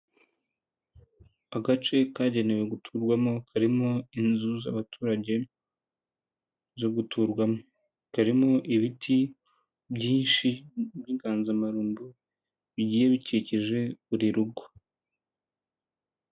Agace kagenewe guturwamo karimo inzu z'abaturage zo guturwamo, karimo ibiti byinshi by'inganzamarumbu bigiye bikikije buri rugo.